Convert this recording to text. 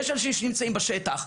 יש אנשים שנמצאים בשטח,